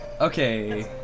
Okay